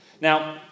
Now